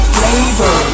flavor